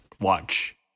watch